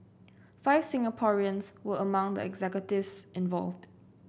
five Singaporeans were among the executives involved